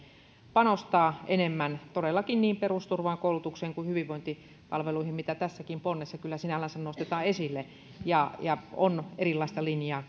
panostaa enemmän todellakin niin perusturvaan koulutukseen kuin hyvinvointipalveluihin mitä tässäkin ponnessa kyllä sinällänsä nostetaan esille ja ja on erilaista linjaa